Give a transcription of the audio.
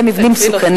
אלה מבנים מסוכנים,